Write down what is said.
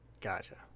Gotcha